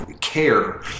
care